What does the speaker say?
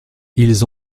ils